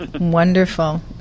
Wonderful